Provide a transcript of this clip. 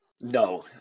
no